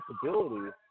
possibilities